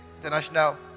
International